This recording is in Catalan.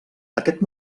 aquest